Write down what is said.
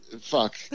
fuck